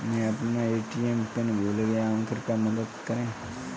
मैं अपना ATM pin भूल गया हूँ, कृपया मदद करें